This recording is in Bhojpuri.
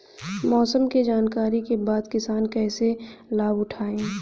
मौसम के जानकरी के बाद किसान कैसे लाभ उठाएं?